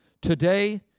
today